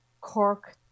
Cork